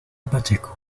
pacheco